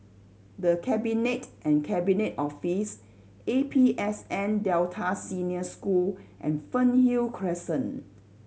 The Cabinet and Cabinet Office A P S N Delta Senior School and Fernhill Crescent